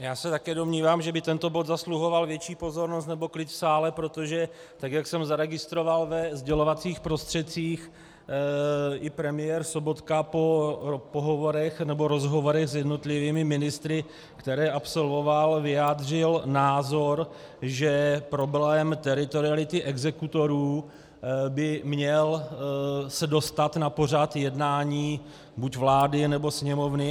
Já se také domnívám, že by tento bod zasluhoval větší pozornost nebo klid v sále, protože tak jak jsem zaregistroval ve sdělovacích prostředcích, i premiér Sobotka po pohovorech nebo rozhovorech s jednotlivými ministry, které absolvoval, vyjádřil názor, že problém teritoriality exekutorů by se měl dostat na pořad jednání buď vlády, nebo Sněmovny.